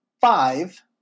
five